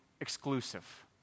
exclusive